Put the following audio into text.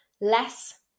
less